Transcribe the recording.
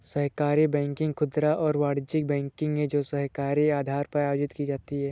सहकारी बैंकिंग खुदरा और वाणिज्यिक बैंकिंग है जो सहकारी आधार पर आयोजित की जाती है